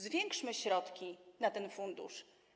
Zwiększmy środki na ten fundusz.